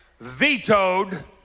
vetoed